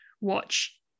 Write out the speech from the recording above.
watch